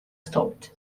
stopped